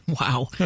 Wow